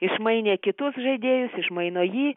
išmainė kitus žaidėjus išmaino jį